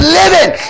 living